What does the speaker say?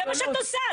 זה מה שאת עושה.